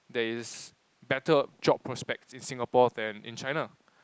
there is better job prospect in Singapore than in China